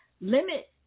Limit